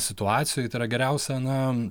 situacijojoj tai yra geriausia na